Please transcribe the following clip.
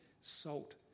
salt